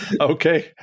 Okay